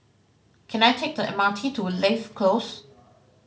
can I take the M R T to Leigh Close